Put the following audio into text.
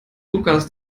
lukas